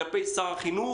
כלפי שר החינוך.